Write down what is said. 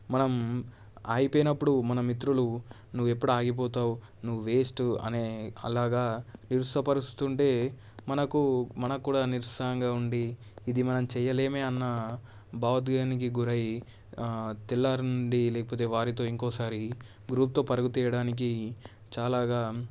మనం ఆగిపోయినప్పుడు మన మిత్రులు నువ్వు ఎప్పుడు ఆగిపోతావ్ నువ్వు వేస్ట్ అనే అలాగా నిరుత్సాహపరుస్తుంటే మనకు మనకు కూడా నిరుత్సాహంగా ఉండి ఇది మనం చేయలేమే అన్నా భావోద్వేగానికి గురై తెల్లారి నుండి లేకపోతే వారితో ఇంకొకసారి గ్రూప్తో పరుగుతీయడానికి చాలాగా